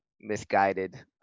misguided